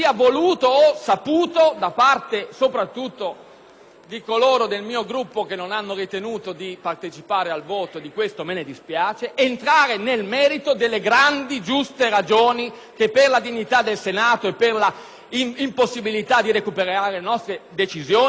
a coloro che nel mio Gruppo non hanno ritenuto di partecipare al voto, e di questo mi dispiace - entrare nel merito delle importanti, giuste ragioni che, per la dignità del Senato e per l'impossibilità di recuperare le nostre decisioni, stavano a fondamento della richiesta di sospensiva.